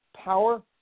power